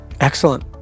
Excellent